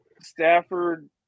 Stafford